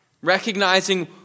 recognizing